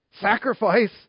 Sacrifice